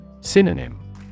Synonym